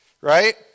Right